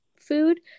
food